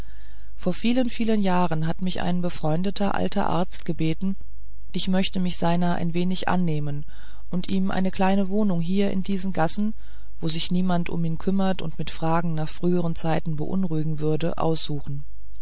vor vielen vielen jahren hat mich ein befreundeter alter arzt gebeten ich möchte mich seiner ein wenig annehmen und ihm eine kleine wohnung hier in diesen gassen wo sich niemand um ihn kümmern und mit fragen nach früheren zeiten beunruhigen würde aussuchen